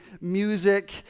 music